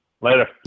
later